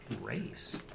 race